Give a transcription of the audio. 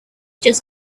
just